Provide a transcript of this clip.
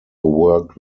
worked